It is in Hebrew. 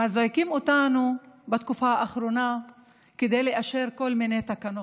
מזעיקים אותנו בתקופה האחרונה כדי לאשר כל מיני תקנות.